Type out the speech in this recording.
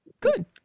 Good